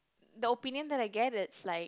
the opinion that I get is like